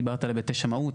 דיברת על היבטי שמאות,